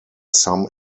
some